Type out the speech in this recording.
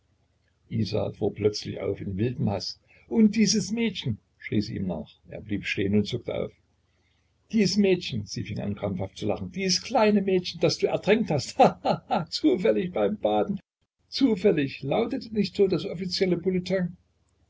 isa fuhr plötzlich auf in wildem haß und dieses mädchen schrie sie ihm nach er blieb stehen und zuckte auf dies mädchen sie fing an krampfhaft zu lachen dies kleine mädchen das sich ertränkt hat ha ha ha zufällig beim baden zufällig lautete nicht so das offizielle